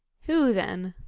who then?